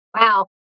Wow